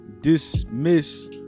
dismiss